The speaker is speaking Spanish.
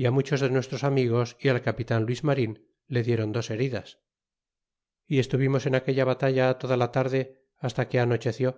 y muchos de nuestros amigos y al capitan luis marin le diéron dos heridas y estuvimos en aquella batalla toda la tarde hasta que anocheció